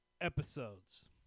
Episodes